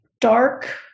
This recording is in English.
dark